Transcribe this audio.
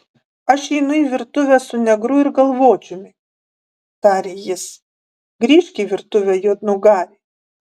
aš einu į virtuvę su negru ir galvočiumi tarė jis grįžk į virtuvę juodnugari